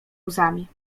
łzami